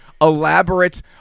elaborate